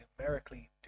numerically